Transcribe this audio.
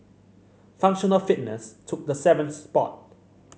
functional fitness took the seventh spot